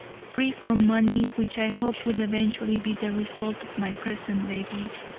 free from money, which i hope will eventually be the result of my present labors.